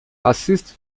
assiste